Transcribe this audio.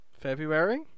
February